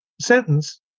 sentence